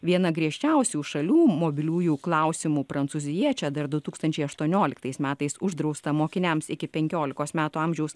viena griežčiausių šalių mobiliųjų klausimu prancūzija čia dar du tūkstančiai aštuonioliktais metais uždrausta mokiniams iki penkiolikos metų amžiaus